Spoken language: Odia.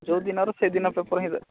ଯେଉଁଦିନର ସେଇଦିନ ପେପର୍ ହିଁ ଦରକାର